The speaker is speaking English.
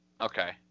Okay